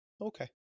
okay